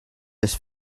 this